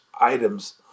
items